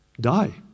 die